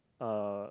uh